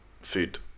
food